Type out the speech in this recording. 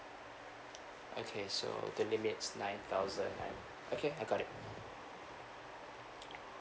okay so the limits nine thousand nine okay I got it